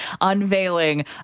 unveiling